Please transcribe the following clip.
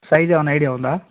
size ఏమాన్నా idea ఉందా